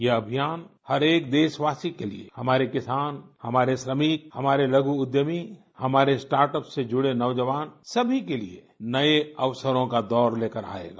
यह अभियान हर एक देशवासी के लिए हमारे किसान हमारे श्रमिक हमारे लघु उद्यमी हमारे स्टार्ट अप्स से जुड़े नौजवान सभी के लिए नए अवसरों का दौर लेकर आएगा